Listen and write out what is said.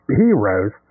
heroes